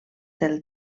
del